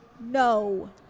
no